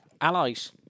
Allies